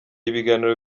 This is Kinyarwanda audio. ibiganiro